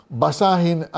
basahin